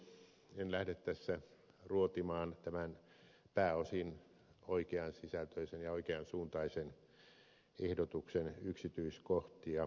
en lähde tässä ruotimaan tämän pääosin oikean sisältöisen ja oikean suuntaisen ehdotuksen yksityiskohtia